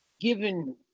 given